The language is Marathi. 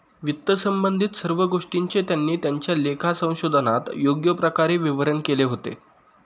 वित्तसंबंधित सर्व गोष्टींचे त्यांनी त्यांच्या लेखा संशोधनात योग्य प्रकारे विवरण केले होते